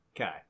Okay